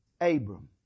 Abram